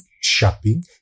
shopping